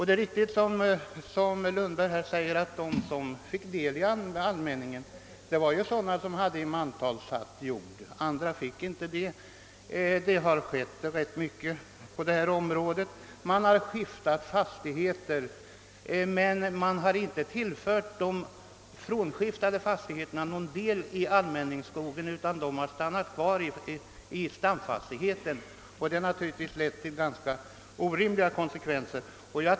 Det är riktigt, som herr Lundberg här säger, att de som fick del i allmänningsskogarna var sådana som hade i mantal satt jord — andra fick inte någon sådan rätt. Det har nu hänt ganska mycket på detta område. Fastigheterna har blivit föremål för skiften, men de frånskiftade fastigheterna har inte tillförts någon del i allmänningsskogarna utan rätten har stannat kvar hos stamfastigheten. Detta har naturligtvis lett till ganska orimliga konsekvenser.